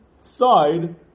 side